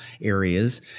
areas